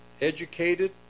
educated